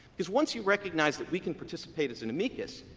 because once you recognize that we can participate as an amicus,